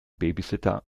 babysitter